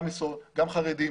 גם משמאל גם חרדים,